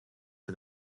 for